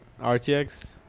RTX